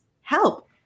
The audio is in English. help